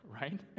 right